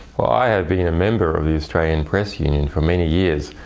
well, i have been a member of the australian press union for many years.